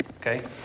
Okay